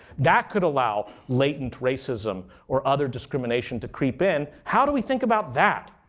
that could allow latent racism or other discrimination to creep in. how do we think about that?